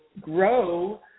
grow